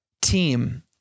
team